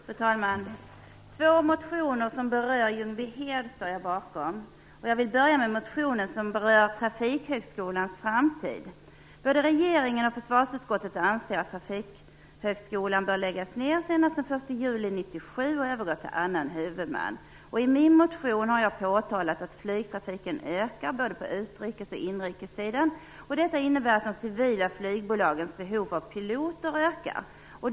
Fru talman! Jag står bakom två motioner som berör Ljungbyhed. Jag vill börja med den motion som berör trafikhögskolans framtid. Både regeringen och försvarsutskottet anser att trafikhögskolan bör läggas ned senast den 1 juli 1997 och övergå till annan huvudman. I min motion har jag påtalat att flygtrafiken ökar både på utrikes och inrikessidan. Detta innebär att de civila flygbolagens behov av piloter ökar.